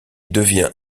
devient